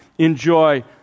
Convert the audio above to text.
enjoy